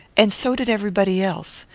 and so did everybody else.